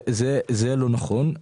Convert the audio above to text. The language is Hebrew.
זה לא נכון.